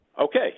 Okay